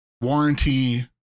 warranty